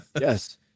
Yes